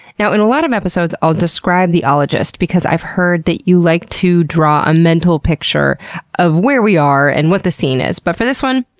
now, in a lot of episodes, i'll describe the ologist because i've heard that you like to draw a mental picture of where we are, and what the scene is, but for this one,